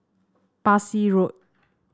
Parsi Road